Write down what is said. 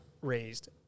raised